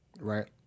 right